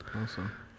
Awesome